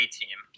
team